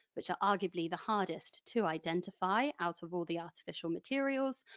which are arguably the hardest to identify out of all the artificial materials.